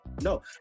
No